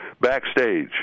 backstage